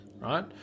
right